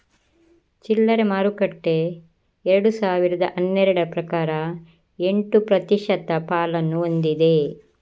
ಚಿಲ್ಲರೆ ಮಾರುಕಟ್ಟೆ ಎರಡು ಸಾವಿರದ ಹನ್ನೆರಡರ ಪ್ರಕಾರ ಎಂಟು ಪ್ರತಿಶತ ಪಾಲನ್ನು ಹೊಂದಿದೆ